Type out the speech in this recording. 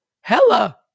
hella